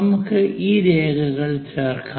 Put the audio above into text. നമുക്ക് ഈ രേഖകൾ ചേർക്കാം